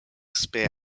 spear